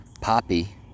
poppy